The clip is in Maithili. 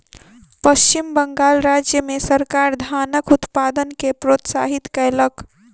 पश्चिम बंगाल राज्य मे सरकार धानक उत्पादन के प्रोत्साहित कयलक